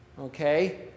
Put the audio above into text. Okay